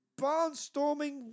barnstorming